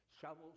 shovels